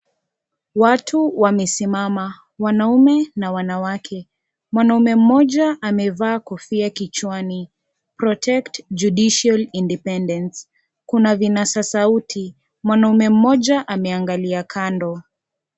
Watu wamesimama, wanaume na wanawake. Mwanaume moja amevaa kofia kichwani protect judicial independence kuna vinasa sauti. Mwanaume moja ameangalia kando.